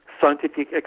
scientific